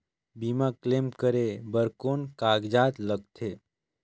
बीमा क्लेम करे बर कौन कागजात लगथे?